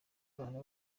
abana